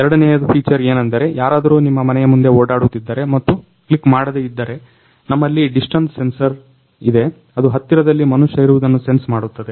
ಎರಡನೆಯ ಫೀಚರ್ ಏನೆಂದರೆ ಯಾರಾದರೂ ನಿಮ್ಮ ಮನೆಯ ಮುಂದೆ ಓಡಾಡುತ್ತಿದ್ದರೆ ಮತ್ತು ಕ್ಲಿಕ್ ಮಾಡದೆಯಿದ್ದರೆ ನಮ್ಮಲ್ಲಿ ಡಿಸ್ಟನ್ಸ್ ಸೆನ್ಸರ್ ಇದೆ ಅದು ಹತ್ತಿರದಲ್ಲಿ ಮನುಷ್ಯ ಇರುವುದನ್ನ ಸೆನ್ಸ್ ಮಾಡುತ್ತದೆ